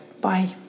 Bye